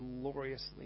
gloriously